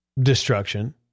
destruction